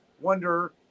wonder